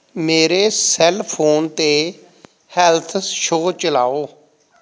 ਮੇਰੇ cell phone 'ਤੇ health show ਚਲਾਓ